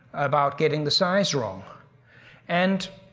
about getting the size wrong and.